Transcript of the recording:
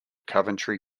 coventry